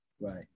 right